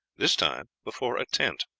this time before a tent.